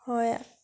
হয়